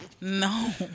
No